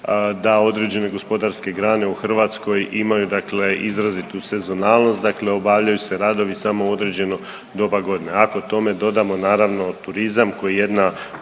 da određene gospodarske grane u Hrvatskoj imaju dakle izrazitu sezonalnost, dakle obavljaju se radovi samo u određeno doba godine. Ako tome dodamo naravno turizam koji je jedna